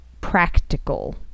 practical